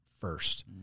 first